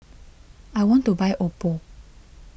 I want to buy Oppo